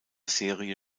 serie